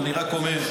אני רק אומר,